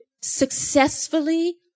successfully